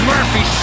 Murphy